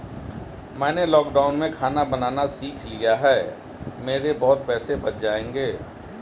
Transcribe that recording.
मैंने लॉकडाउन में खाना बनाना सीख लिया है, मेरे बहुत पैसे बच जाएंगे